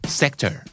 sector